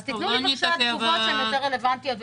אז תנו לנו בבקשה תשובות שהן יותר רלוונטיות.